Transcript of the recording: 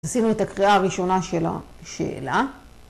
‫עשינו את הקריאה הראשונה ‫של השאלה.